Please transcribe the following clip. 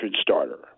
starter